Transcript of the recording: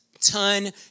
ton